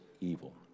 evil